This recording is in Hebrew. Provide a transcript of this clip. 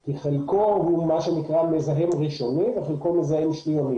כי חלקו הוא מה שנקרא מזהם ראשוני וחלקו מזהם שניוני.